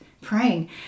praying